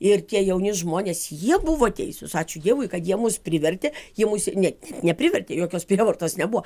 ir tie jauni žmonės jie buvo teisūs ačiū dievui kad jie mus privertė jie mus ne neprivertė jokios prievartos nebuvo